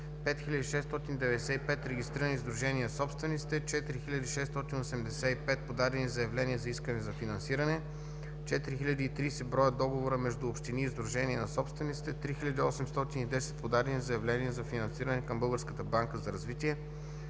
5695 регистрирани сдружения на собствениците; 4685 подадени заявления за искане за финансиране; 4030 броя договора между общини и сдружения на собствениците; 3810 подадени заявления за финансиране към